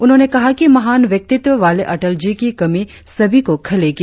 उन्होंने कहा कि महान व्यक्तित्व वाले अटल जी की कमी सभी को खलेगी